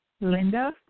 Linda